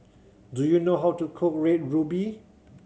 do you know how to cook Red Ruby